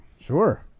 sure